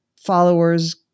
followers